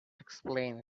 explain